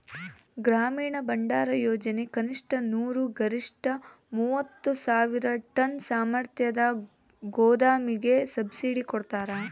ಗ್ರಾಮೀಣ ಭಂಡಾರಯೋಜನೆ ಕನಿಷ್ಠ ನೂರು ಗರಿಷ್ಠ ಮೂವತ್ತು ಸಾವಿರ ಟನ್ ಸಾಮರ್ಥ್ಯದ ಗೋದಾಮಿಗೆ ಸಬ್ಸಿಡಿ ಕೊಡ್ತಾರ